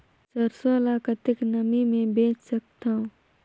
सरसो ल कतेक नमी मे बेच सकथव?